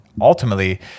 ultimately